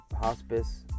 hospice